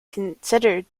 considered